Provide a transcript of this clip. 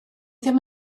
ddim